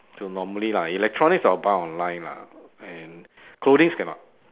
so normally lah electronics I will buy online lah and clothings cannot